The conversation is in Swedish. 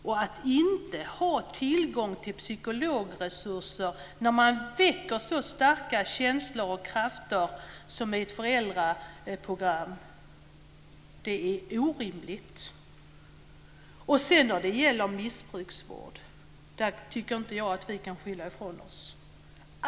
Och att inte ha tillgång till psykologresurser när man väcker så starka känslor och krafter i ett föräldraprogram är orimligt. När det gäller missbruksvården tycker jag inte att vi kan skylla ifrån oss.